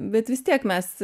bet vis tiek mes